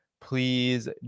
please